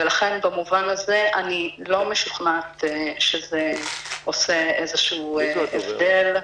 ולכן במובן הזה אני לא משוכנעת שזה עושה איזשהו הבדל.